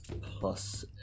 plus